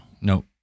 No